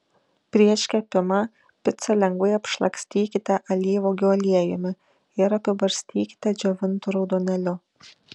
prieš kepimą picą lengvai apšlakstykite alyvuogių aliejumi ir apibarstykite džiovintu raudonėliu